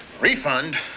Refund